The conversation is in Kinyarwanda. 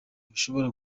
bishobora